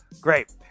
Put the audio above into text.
Great